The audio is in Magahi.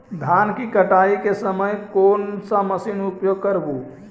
धान की कटाई के समय कोन सा मशीन उपयोग करबू?